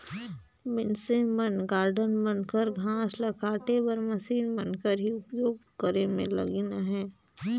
मइनसे मन गारडन मन कर घांस ल काटे बर मसीन मन कर ही उपियोग करे में लगिल अहें